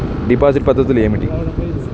Deposit పద్ధతులు ఏమిటి?